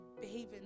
behaving